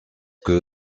que